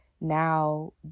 now